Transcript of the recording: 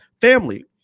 Family